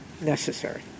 necessary